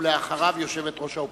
ואחריו יושבת-ראש האופוזיציה.